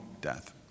death